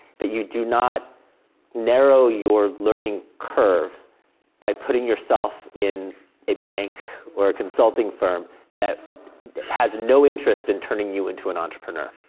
that you do not narrow your learning curve by putting yourself in a bank or a consulting firm that has no interest in turning you into and entrepreneur,